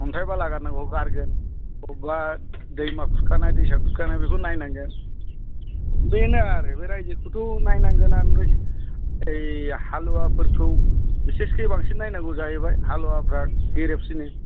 अन्थाय बाला गारनांगौखौ गारगोन बबेयावबा दैमा खुरखानाय दैसा खुरखानाय बेखौ नायनांगोन बेनो आरो बे राइजोखौथ' नायनांगोनानो बै हालुवाफोरखौ बिसेसके बांसिन नायनांगौ जाहैबाय हलुवाफ्रा गेरेबसिनो